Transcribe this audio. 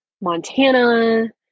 Montana